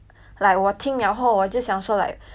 not not trying to be like